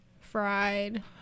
fried